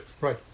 Right